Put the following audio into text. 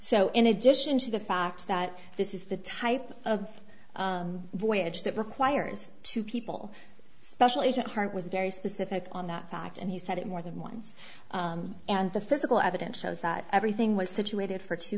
so in addition to the fact that this is the type of voyage that requires two people special agent heart was very specific on that fact and he said it more than once and the physical evidence shows that everything was situated for two